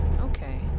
Okay